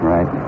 Right